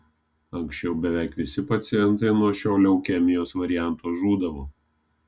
anksčiau beveik visi pacientai nuo šio leukemijos varianto žūdavo